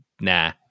nah